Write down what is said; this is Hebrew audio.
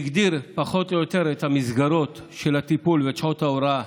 והגדיר פחות או יותר את המסגרות של הטיפול ואת שעות ההוראה